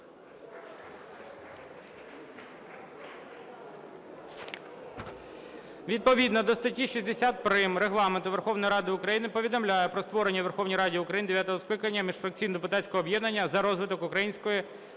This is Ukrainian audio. Відповідно до статті 60 прим. Регламенту Верховної Ради України повідомляю про створення у Верховній Раді України дев'ятого скликання міжфракційного депутатського об'єднання "За розвиток українського